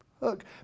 Look